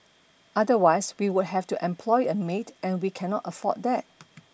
otherwise we would have to employ a maid and we cannot afford that